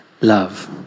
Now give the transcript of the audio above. love